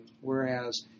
whereas